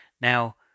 Now